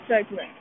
segment